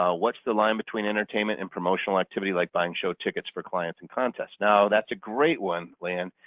ah what's the line between entertainment and promotional activity like buying show tickets for clients and contests? now that's a great one liam.